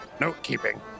note-keeping